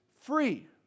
free